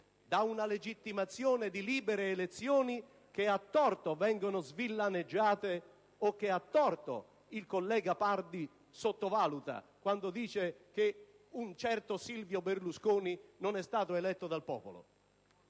da una legittimazione di libere elezioni che a torto vengono svillaneggiate o sottovalutate dal collega Pardi, quando dice che un certo Silvio Berlusconi non è stato eletto dal popolo